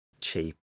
cheap